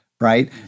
right